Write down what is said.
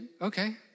Okay